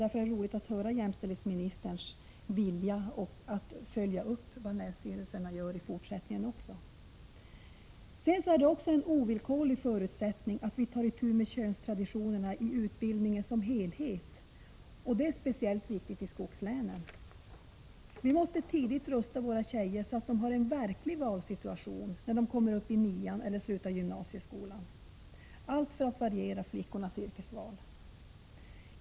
Det var glädjande att höra att jämställdhetsministern uttryckte sin vilja att följa upp länsstyrelsernas fortsatta arbete. En ovillkorlig förutsättning för en förändring är vidare att vi tar itu med könstraditionerna i utbildningen som helhet. Detta är speciellt viktigt i skogslänen. Vi måste tidigt rusta våra tjejer för en verklig valsituation när de kommer upp i nian eller slutar gymnasieskolan. Vi måste göra allt för att variera flickornas yrkesval.